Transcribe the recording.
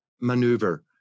maneuver